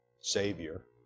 Savior